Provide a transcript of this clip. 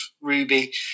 Ruby